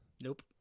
nope